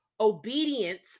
obedience